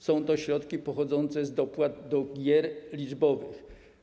Są to środki pochodzące z dopłat do gier liczbowych.